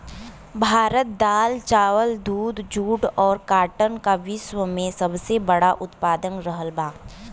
भारत दाल चावल दूध जूट और काटन का विश्व में सबसे बड़ा उतपादक रहल बा